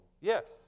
Yes